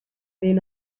then